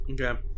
Okay